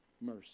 mercy